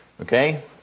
Okay